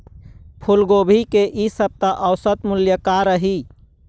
फूलगोभी के इ सप्ता औसत मूल्य का रही?